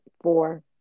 four